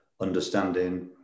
understanding